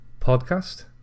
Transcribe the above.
podcast